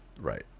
Right